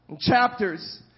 chapters